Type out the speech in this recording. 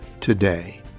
today